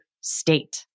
state